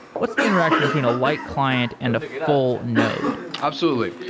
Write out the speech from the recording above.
what's the interaction between a light client and a full node? absolutely.